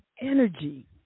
energy